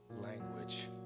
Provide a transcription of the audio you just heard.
language